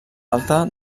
alta